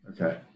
okay